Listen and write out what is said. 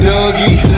Dougie